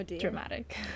dramatic